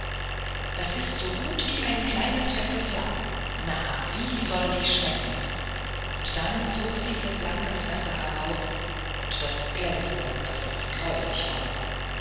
das ist so gut wie ein kleines fettes lamm na wie soll die schmecken und dann zog sie ihr blankes messer heraus und das glänzte daß es greulich war